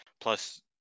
Plus